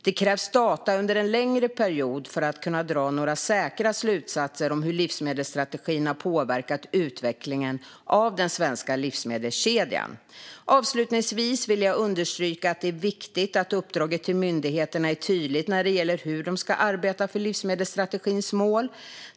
Det krävs data under en längre period för att kunna dra några säkra slutsatser om hur livsmedelsstrategin har påverkat utvecklingen av den svenska livsmedelskedjan. Avslutningsvis vill jag understryka att det är viktigt att uppdraget till myndigheterna är tydligt när det gäller hur de ska arbeta för livsmedelsstrategins mål.